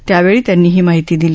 त्यावेळी त्यांनी ही माहिती दिली